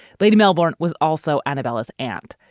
lady milbourne was also antibalas aunt.